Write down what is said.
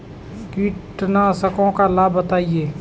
कीटनाशकों के लाभ बताएँ?